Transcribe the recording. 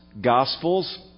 gospels